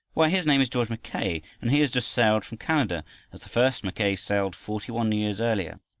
why his name is george mackay, and he has just sailed from canada as the first mackay sailed forty-one years earlier.